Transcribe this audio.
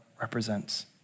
represents